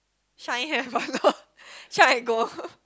shine have [one] lor shine I go